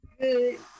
Good